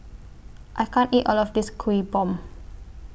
I can't eat All of This Kuih Bom